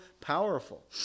powerful